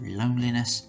loneliness